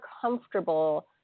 comfortable